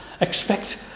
expect